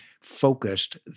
focused